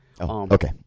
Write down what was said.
Okay